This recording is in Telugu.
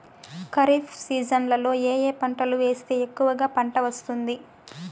ఖరీఫ్ సీజన్లలో ఏ ఏ పంటలు వేస్తే ఎక్కువగా పంట వస్తుంది?